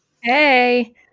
Hey